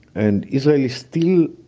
and israel is still